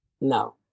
No